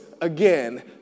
again